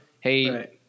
hey